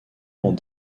dans